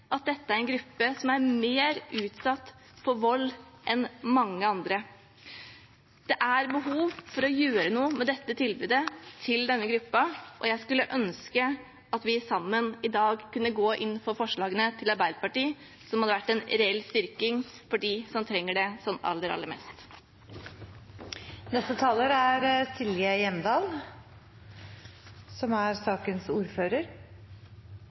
dette er en gruppe som er mer utsatt for vold enn mange andre. Det er behov for å gjøre noe med dette tilbudet til denne gruppen, og jeg skulle ønske at vi sammen i dag kunne gå inn for forslagene til Arbeiderpartiet, noe som hadde vært en reell styrking for dem som trenger det aller, aller